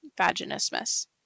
vaginismus